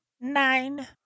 Nine